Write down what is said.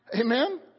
Amen